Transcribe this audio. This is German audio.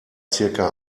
circa